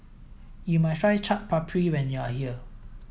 you must try Chaat Papri when you are here